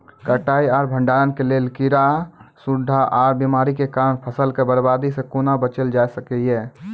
कटाई आर भंडारण के लेल कीड़ा, सूड़ा आर बीमारियों के कारण फसलक बर्बादी सॅ कूना बचेल जाय सकै ये?